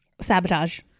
sabotage